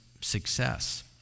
success